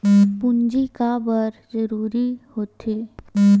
पूंजी का बार जरूरी हो थे?